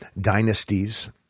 dynasties